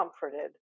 comforted